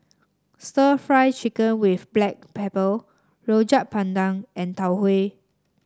stir Fry Chicken with Black Pepper Rojak Bandung and Tau Huay